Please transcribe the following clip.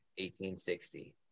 1860